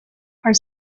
are